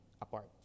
apart